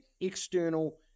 external